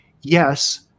yes